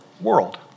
World